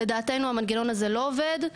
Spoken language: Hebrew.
לדעתנו, המנגנון הזה לא עובד.